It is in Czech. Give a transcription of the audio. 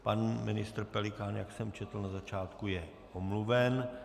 Pan ministr Pelikán, jak jsem četl na začátku, je omluven.